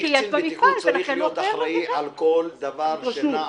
קצין בטיחות צריך להיות אחראי על כל דבר שנע.